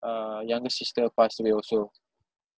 uh younger sister passed away also